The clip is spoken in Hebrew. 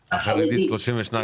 החרדית.